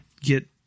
get